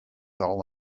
all